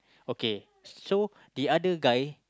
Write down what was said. okay so the other guy